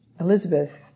Elizabeth